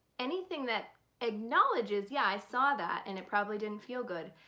anything that acknowledges yeah, i saw that and it probably didn't feel good,